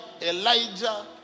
Elijah